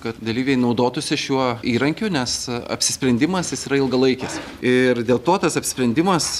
kad dalyviai naudotųsi šiuo įrankiu nes apsisprendimas jis yra ilgalaikis ir dėl to tas apsisprendimas